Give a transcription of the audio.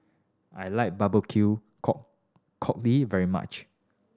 I like barbecue cockle very much